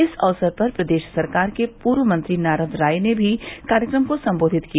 इस अक्सर पर प्रदेश सरकार के पूर्व मंत्री नारद राय ने भी कार्यक्रम को सम्बोधित किया